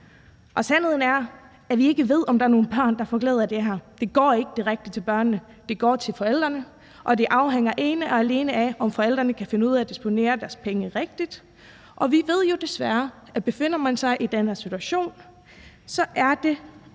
Sandheden er, at vi ikke ved, om der er nogen børn, der får glæde af det her. Det går ikke direkte til børnene, det går til forældrene, og det afhænger ene og alene af, om forældrene kan finde ud af at disponere deres penge rigtigt. Og vi ved jo desværre, at befinder man sig i den her situation, er det